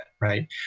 right